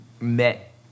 met